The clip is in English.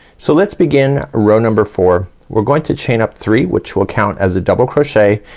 so let's begin a row number four. we're going to chain up three, which will count as a double crochet,